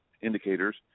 indicators